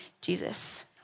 Jesus